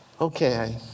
Okay